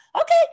Okay